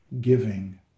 giving